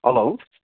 hello